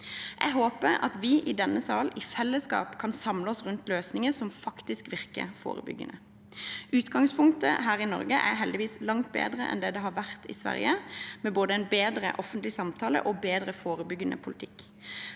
Jeg håper at vi i denne sal i fellesskap kan samle oss rundt løsninger som virker forebyggende. Utgangspunktet her i Norge er heldigvis langt bedre enn det det har vært i Sverige, med både en bedre offentlig samtale og bedre forebyggende politikk,